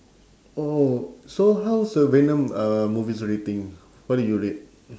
oh so how's the venom uh movies rating what did you rate